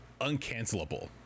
uncancelable